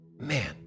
Man